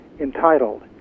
entitled